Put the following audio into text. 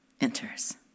enters